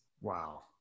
Wow